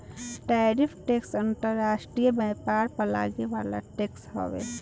tariff tax अंतर्राष्ट्रीय व्यापार पर लागे वाला टैक्स हवे